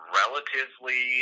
relatively